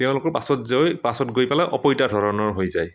তেওঁলোকৰ পাছত জৈ পাছত গৈ পেলাই অপৈতা ধৰণৰ হৈ যায়